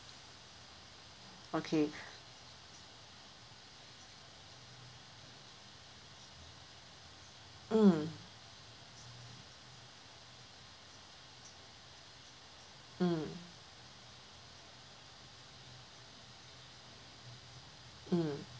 okay mm mm mm